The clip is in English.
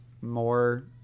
more